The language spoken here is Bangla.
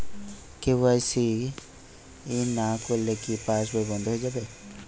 কে.ওয়াই.সি না করলে কি পাশবই বন্ধ হয়ে যাবে?